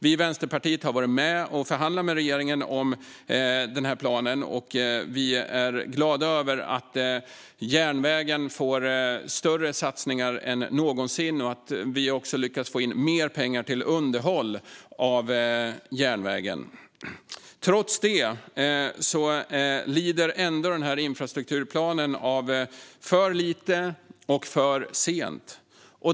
Vi i Vänsterpartiet har varit med och förhandlat med regeringen om planen, och vi är glada över att järnvägen får större satsningar än någonsin och att vi också har lyckats få mer pengar till underhåll av järnvägen. Trots detta lider infrastrukturplanen av att det är för lite och för sent.